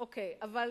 אוקיי, אבל